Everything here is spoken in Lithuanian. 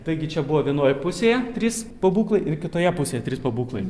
taigi čia buvo vienoj pusėje trys pabūklai ir kitoje pusėje trys pabūklai